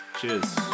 cheers